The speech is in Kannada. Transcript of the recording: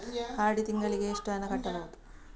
ಆರ್.ಡಿ ತಿಂಗಳಿಗೆ ಎಷ್ಟು ಹಣ ಕಟ್ಟಬಹುದು?